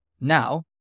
Now